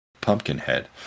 Pumpkinhead